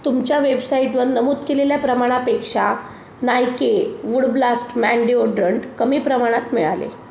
तुमच्या वेबसाईटवर नमूद केलेल्या प्रमाणापेक्षा Nike wood blast man deodorant कमी प्रमाणात मिळाले